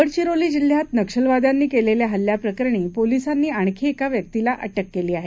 गडचिरोली जिल्ह्यात नक्षलवाद्यांनी केलेल्या हल्ल्याप्रकरणी पोलीसांनी आणखी एका व्यक्तीला अटक केली आहे